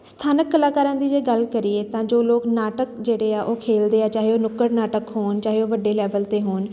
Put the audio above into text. ਸਥਾਨਕ ਕਲਾਕਾਰਾਂ ਦੀ ਜੇ ਗੱਲ ਕਰੀਏ ਤਾਂ ਜੋ ਲੋਕ ਨਾਟਕ ਜਿਹੜੇ ਆ ਉਹ ਖੇਡਦੇ ਆ ਚਾਹੇ ਉਹ ਨੁੱਕੜ ਨਾਟਕ ਹੋਣ ਚਾਹੇ ਉਹ ਵੱਡੇ ਲੈਵਲ 'ਤੇ ਹੋਣ